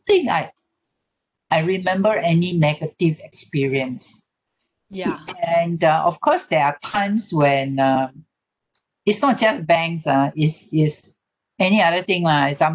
think I I remember any negative experience and uh of course there are times when uh it's not just banks ah is is any other thing lah example